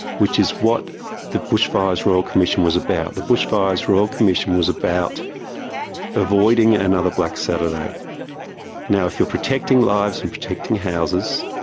which is what the bushfires royal commission was about the bushfires royal commission was about avoiding another black saturday now, if you're protecting lives and protecting houses